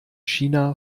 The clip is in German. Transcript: china